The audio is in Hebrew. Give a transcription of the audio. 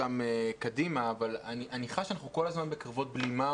אותן קדימה אבל אני חש שאנחנו כל הזמן בקרבות בלימה